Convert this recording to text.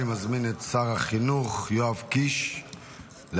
אני מזמין את שר החינוך יואב קיש להציג